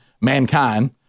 mankind